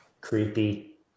creepy